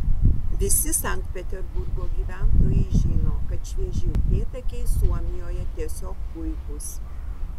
visi sankt peterburgo gyventojai žino kad švieži upėtakiai suomijoje tiesiog puikūs